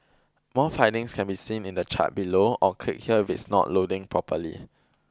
more findings can be seen in the chart below or click here if it's not loading properly